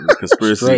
conspiracy